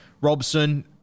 Robson